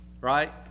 right